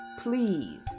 Please